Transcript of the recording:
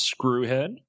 Screwhead